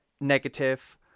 negative